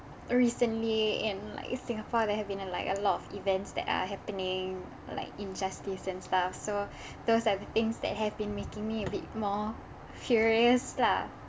recently in like singapore there have been a like a lot of events that are happening like injustice and stuff so those are the things that have been making me a bit more furious lah